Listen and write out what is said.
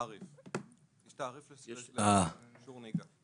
יש תעריף לשיעור נהיגה.